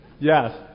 Yes